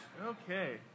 okay